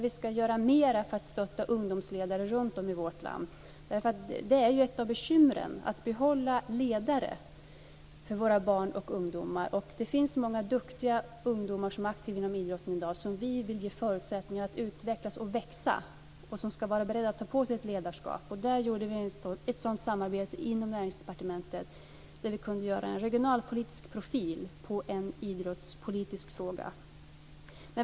Vi ska göra mer för att stötta ungdomsledare runtom i vårt land. Ett av bekymren är att behålla ledare för våra barn och ungdomar. Det finns många duktiga ungdomar som är aktiva inom idrotten i dag som vi vill ge förutsättningar att utvecklas och växa. De ska vara beredda att ta på sig ett ledarskap. Vi har ett sådant samarbete inom Näringsdepartementet där vi har gjort en regionalpolitisk profil på en idrottspolitisk fråga.